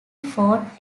fort